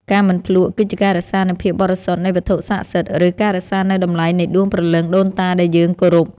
ការមិនភ្លក្ស គឺជាការរក្សានូវភាពបរិសុទ្ធនៃវត្ថុស័ក្តិសិទ្ធិ ឬការរក្សានូវតម្លៃនៃដួងព្រលឹងដូនតាដែលយើងគោរព។